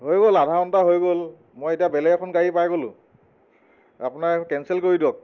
হৈ গ'ল আধা ঘণ্টা হৈ গ'ল মই এতিয়া বেলেগ এখন গাড়ী পাই গ'লো আপোনাৰ কেঞ্চেল কৰি দিয়ক